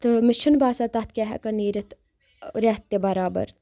تہٕ مےٚ چھُنہٕ باسان تَتھ کیاہ ہٮ۪کَن نیٖرِتھ رٮ۪تھ تہِ بَرابَر